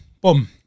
Boom